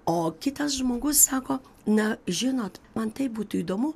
o kitas žmogus sako na žinot man taip būtų įdomu